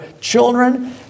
children